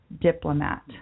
diplomat